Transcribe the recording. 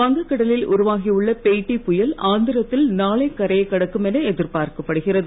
வங்கக் கடலில் உருவாகியுள்ள பெய்ட்டி புயல் ஆந்திரத்தில் நாளை கரையைக் கடக்கும் என எதிர்பார்க்கப்படுகிறது